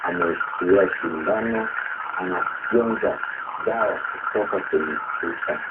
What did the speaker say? ameushikilia sindano, anafyonza dawa kutoka kwenye chupa.